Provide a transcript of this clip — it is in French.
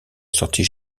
sortie